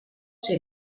ser